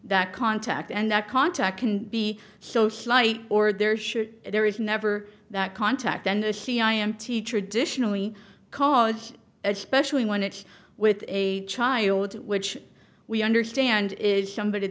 that contact and that contact can be so slight or there should there is never that contact and the cia empty traditionally college especially when it's with a child which we understand is somebody